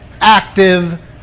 active